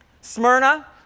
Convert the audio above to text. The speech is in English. Smyrna